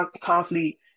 constantly